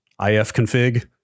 ifconfig